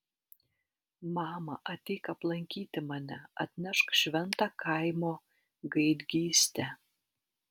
mama ateik aplankyti mane atnešk šventą kaimo gaidgystę